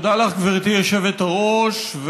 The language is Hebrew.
גברתי היושבת-ראש.